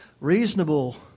Reasonable